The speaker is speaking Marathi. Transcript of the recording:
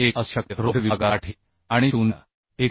21 असू शकते रोल्ड विभागासाठी आणि 0